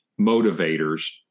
motivators